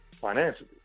Financially